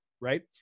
right